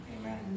Amen